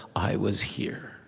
i was here.